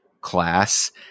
class